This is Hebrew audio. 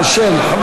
אותי לפרוטוקול.